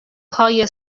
پای